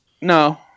No